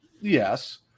yes